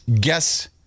guess